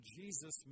Jesus